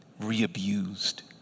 re-abused